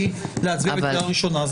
להצביע בקריאה ראשונה,